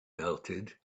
melted